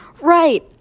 Right